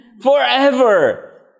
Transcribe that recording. Forever